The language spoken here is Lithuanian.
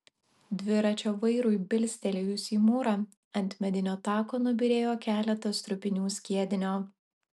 dviračio vairui bilstelėjus į mūrą ant medinio tako nubyrėjo keletas trupinių skiedinio